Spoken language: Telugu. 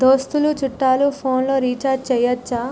దోస్తులు చుట్టాలు ఫోన్లలో రీఛార్జి చేయచ్చా?